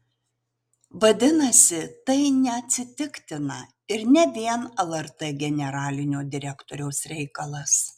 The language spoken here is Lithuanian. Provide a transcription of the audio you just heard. vadinasi tai neatsitiktina ir ne vien lrt generalinio direktoriaus reikalas